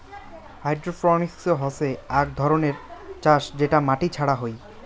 hydroponics হসে আক ধরণের চাষ যেটা মাটি ছাড়া হই